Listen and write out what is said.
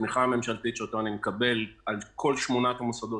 והתמיכה הממשלתית שאני מקבל עבור כל שמונת המוסדות